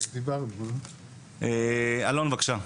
אלון, בבקשה.